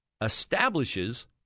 establishes